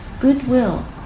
goodwill